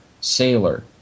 sailor